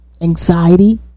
anxiety